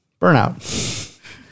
burnout